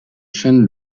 chaîne